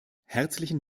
herzlichen